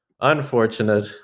Unfortunate